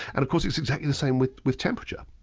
and of course, it's exactly the same with with temperature.